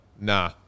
nah